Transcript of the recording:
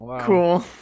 Cool